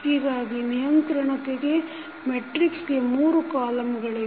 ಹೀಗಾಗಿ ನಿಯಂತ್ರಣತೆ ಮೆಟ್ರಿಕ್ಸಗೆ 3 ಕಾಲಮ್ಗಳಿವೆ